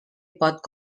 pot